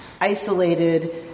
isolated